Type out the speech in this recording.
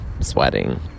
sweating